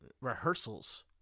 rehearsals